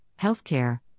healthcare